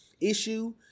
issue